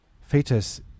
fetus